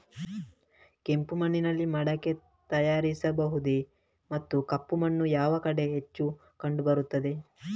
ಕೆಂಪು ಮಣ್ಣಿನಲ್ಲಿ ಮಡಿಕೆ ತಯಾರಿಸಬಹುದೇ ಮತ್ತು ಕಪ್ಪು ಮಣ್ಣು ಯಾವ ಕಡೆ ಹೆಚ್ಚು ಕಂಡುಬರುತ್ತದೆ?